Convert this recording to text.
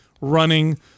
running